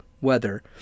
weather